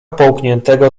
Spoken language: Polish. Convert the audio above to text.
połkniętego